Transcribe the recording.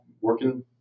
working